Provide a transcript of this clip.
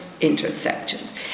intersections